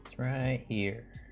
right here